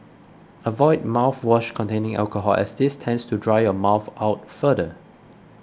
avoid mouthwash containing alcohol as this tends to dry your mouth out further